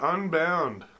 Unbound